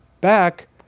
back